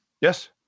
Yes